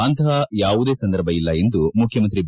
ಅಂತಹ ಯಾವುದೇ ಸಂದರ್ಭ ಇಲ್ಲ ಎಂದು ಮುಖ್ಯಮಂತ್ರಿ ಬಿ